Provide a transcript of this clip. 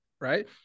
right